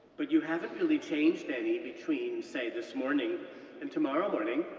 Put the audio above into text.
but you haven't really changed any between, say, this morning and tomorrow morning.